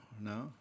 no